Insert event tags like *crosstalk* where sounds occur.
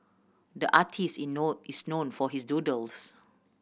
the artist *unintelligible* is known for his doodles